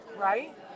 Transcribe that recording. Right